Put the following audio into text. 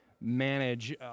manage –